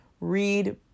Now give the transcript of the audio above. read